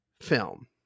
film